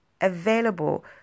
available